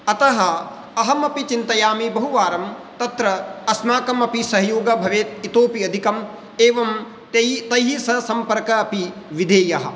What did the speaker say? अतः अहमपि चिन्तयामि बहुवारं तत्र अस्माकं अपि सहयोगः भवेत् इतोऽपि अधिकं एवं तेयि तैः सह सम्पर्कः अपि विधेयः